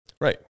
right